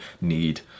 need